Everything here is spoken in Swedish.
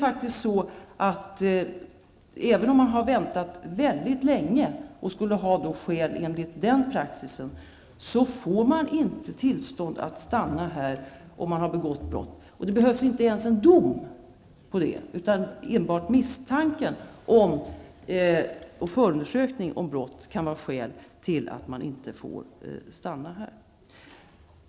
Även om någon har väntat länge och alltså skulle ha skäl att stanna enligt den praxisen, får den personen inte tillstånd att stanna i Sverige om han har begått brott. Det behövs inte ens en dom. Enbart misstanken och en förundersökning om brott kan vara skäl till att inte få tillstånd att stanna i Sverige.